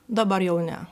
dabar jau ne